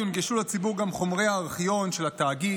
יונגשו לציבור חומרי הארכיון של התאגיד